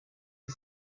you